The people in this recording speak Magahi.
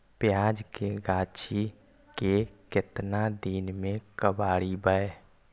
प्याज के गाछि के केतना दिन में कबाड़बै?